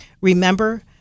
Remember